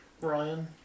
Ryan